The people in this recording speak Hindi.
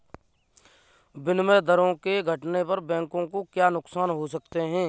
विनिमय दरों के घटने पर बैंकों को क्या नुकसान हो सकते हैं?